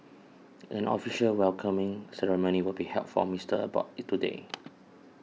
an official welcoming ceremony will be held for Mister Abbott today